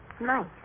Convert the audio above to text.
nice